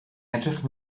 edrych